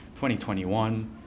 2021